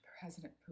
President